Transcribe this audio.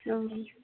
ओं